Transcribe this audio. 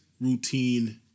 routine